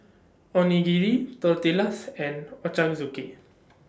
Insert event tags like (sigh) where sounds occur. Onigiri Tortillas and Ochazuke (noise)